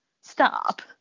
stop